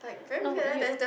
no you